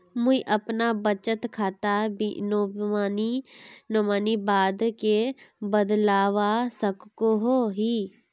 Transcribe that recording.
मुई अपना बचत खातार नोमानी बाद के बदलवा सकोहो ही?